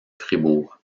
fribourg